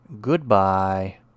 Goodbye